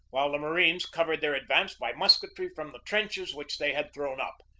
while the marines covered their advance by musketry from the trenches which they had thrown up.